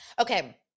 Okay